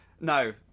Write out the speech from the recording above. No